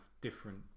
different